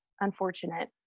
unfortunate